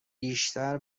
بیشتر